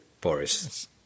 Boris